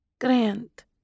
Grant